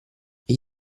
gli